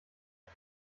ich